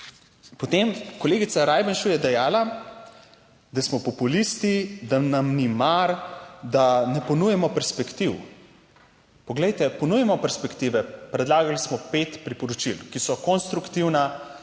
Potem kolegica Rajbenšu je dejala, da smo populisti, da nam ni mar, da ne ponujamo perspektiv. Poglejte, ponujamo perspektive, predlagali smo pet priporočil, ki so konstruktivna,